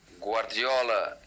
guardiola